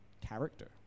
character